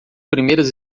primeiras